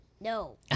No